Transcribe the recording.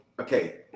okay